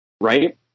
right